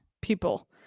people